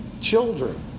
children